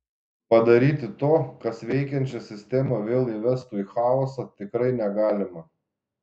padaryti to kas veikiančią sistemą vėl įvestų į chaosą tikrai negalima